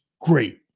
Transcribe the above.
great